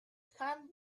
can